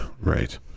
right